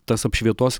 tas apšvietos